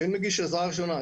שאין מגיש עזרה ראשונה.